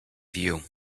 view